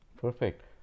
Perfect